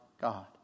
God